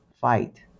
fight